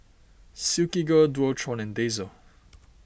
Silkygirl Dualtron and Daiso